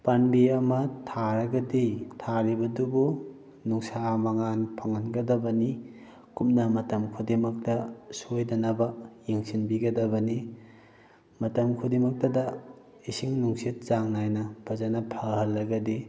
ꯄꯥꯝꯕꯤ ꯑꯃ ꯊꯥꯔꯒꯗꯤ ꯊꯥꯔꯤꯕꯗꯨꯕꯨ ꯅꯨꯡꯁꯥ ꯃꯉꯥꯟ ꯐꯪꯍꯟꯒꯗꯕꯅꯤ ꯀꯨꯞꯅ ꯃꯇꯝ ꯈꯨꯗꯤꯡꯃꯛꯇ ꯁꯣꯏꯗꯅꯕ ꯌꯦꯡꯁꯤꯟꯕꯤꯒꯗꯕꯅꯤ ꯃꯇꯝ ꯈꯨꯗꯤꯡꯃꯛꯇꯗ ꯏꯁꯤꯡ ꯅꯨꯡꯁꯤꯠ ꯆꯥꯡ ꯅꯥꯏꯅ ꯐꯖꯅ ꯐꯍꯜꯂꯒꯗꯤ